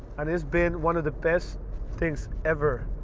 and it's been one of the best things ever.